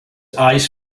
eyes